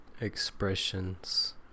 expressions